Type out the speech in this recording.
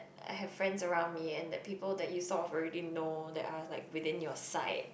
I have friends around me and that people that you saw already know that I was like within your sight